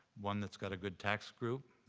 one that's got a good tax group.